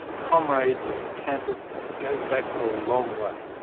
comrades and the campus goes back a long way.